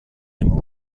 dem